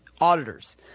auditors